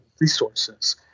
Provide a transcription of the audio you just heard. resources